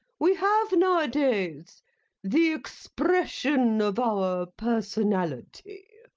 we have nowadays the expression of our personality.